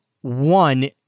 one